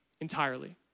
entirely